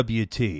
WT